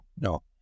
no